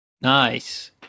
nice